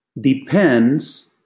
depends